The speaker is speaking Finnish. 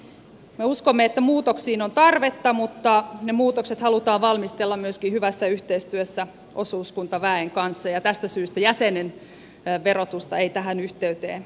me uskomme että muutoksiin on tarvetta mutta ne muutokset halutaan valmistella myöskin hyvässä yhteistyössä osuuskuntaväen kanssa ja tästä syystä jäsenen verotusta ei tähän yhteyteen kytketty